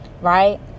right